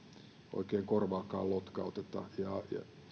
oikein korvaakaan lotkauteta